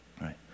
right